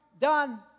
done